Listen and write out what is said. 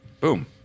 Boom